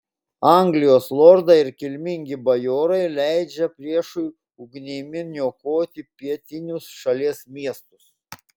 anglijos lordai ir kilmingi bajorai leidžia priešui ugnimi niokoti pietinius šalies miestus